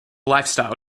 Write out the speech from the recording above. lifestyle